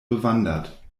bewandert